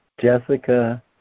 Jessica